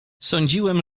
sądziłem